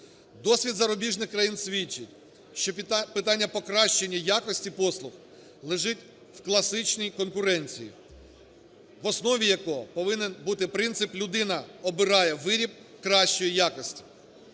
досвід зарубіжних країн свідчить, що питання покращення якості послуг лежить в класичній конкуренції, в основі якого повинен бути принцип: людина обирає вирів кращої якості.